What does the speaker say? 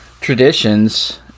traditions